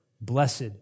Blessed